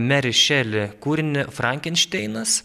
meri šeli kūrinį frankenšteinas